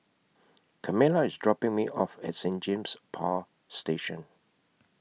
Carmela IS dropping Me off At Saint James Power Station